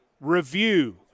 review